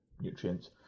nutrients